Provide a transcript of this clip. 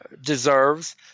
deserves